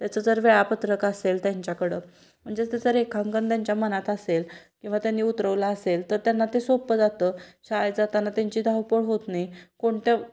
त्याचं जर वेळापत्रक असेल त्यांच्याकडं म्हणजेच त्याचं रेखांकन त्यांच्या मनात असेल किंवा त्यांनी उतरवलं असेल तर त्यांना ते सोप्पं जातं शाळेत जाताना त्यांची धावपळ होत नाही कोणतं